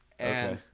Okay